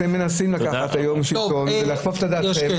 אתם מנסים לקחת היום את השלטון ולהפוך את הדת --- טוב,